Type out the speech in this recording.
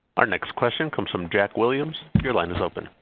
our next question comes from jack williams. your line is open.